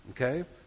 Okay